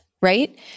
right